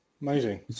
amazing